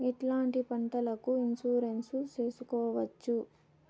ఎట్లాంటి పంటలకు ఇన్సూరెన్సు చేసుకోవచ్చు?